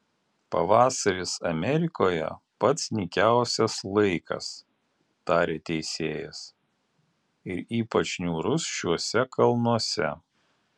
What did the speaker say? pavasaris amerikoje pats nykiausias laikas tarė teisėjas ir ypač niūrus šiuose kalnuose